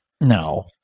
no